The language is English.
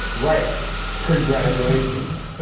right congratulations.